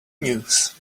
news